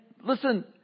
listen